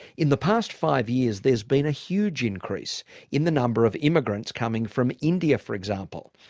in the past five years there's been a huge increase in the number of immigrants coming from india, for example,